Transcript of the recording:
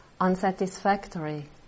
unsatisfactory